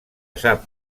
sap